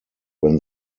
when